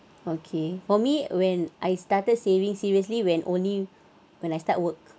okay for me when I started saving seriously when only when I start work